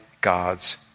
God's